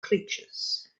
creatures